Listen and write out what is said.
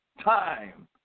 time